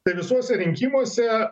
tai visuose rinkimuose